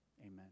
Amen